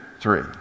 three